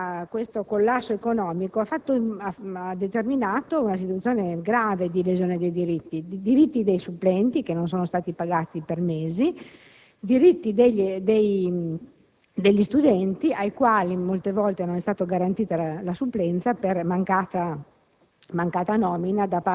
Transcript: Tale collasso economico ha determinato una grave situazione di lesione dei diritti: dei supplenti, che non sono stati pagati per mesi; degli studenti, ai quali molte volte non è stata garantita la supplenza per mancata